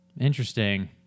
Interesting